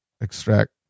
extract